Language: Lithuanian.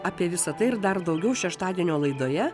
apie visa tai ir dar daugiau šeštadienio laidoje